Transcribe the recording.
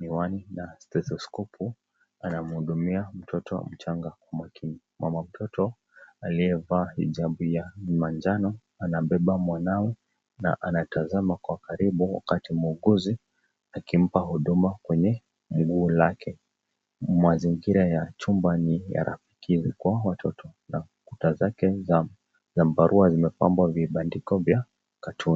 miwani na stethoscope anamhudumia mtoto mchanga kwa makini. Mama mtoto aliyevaa hijabu ya manjano anambeba mwanawe na anatazama kwa karibu wakati muuguzi akimpa huduma kwenye mguu lake. Mazingira ya chumba ni ya rafiki kwa watoto na kuta zake za mbarua zimepambwa vibandiko vya katuni.